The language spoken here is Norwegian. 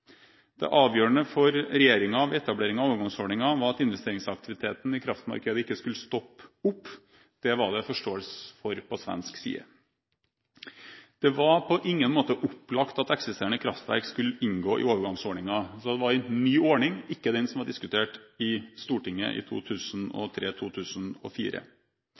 Det avgjørende for regjeringen ved etableringen av overgangsordningen var at investeringsaktiviteten i kraftmarkedet ikke skulle stoppe opp. Det var det forståelse for fra svensk side. Det var på ingen måte opplagt at eksisterende kraftverk skulle inngå i overgangsordningen. Så det var en ny ordning, ikke den som var blitt diskutert i Stortinget i 2003–2004. Inkludering av noen av vannkraftverkene tilbake til 2004,